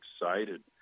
excited